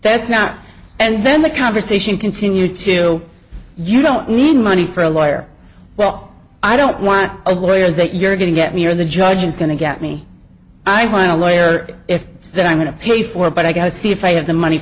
that's now and then the conversation continued to you don't need money for a lawyer well i don't want a lawyer that you're going to get me or the judge is going to get me i want a lawyer if it's that i'm going to pay for it but i got to see if i have the money